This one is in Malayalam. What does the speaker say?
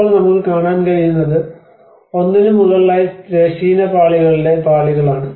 ഇപ്പോൾ നമുക്ക് കാണാൻ കഴിയുന്നത് ഒന്നിനു മുകളിലായി തിരശ്ചീന പാളികളുടെ പാളികളാണ്